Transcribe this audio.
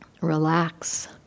Relax